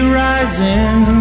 rising